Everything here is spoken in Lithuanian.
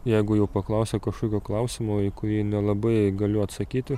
jeigu jau paklausia kažkokio klausimo į kurį nelabai galiu atsakyti